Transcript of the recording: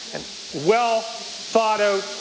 and well thought out,